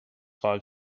five